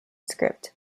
script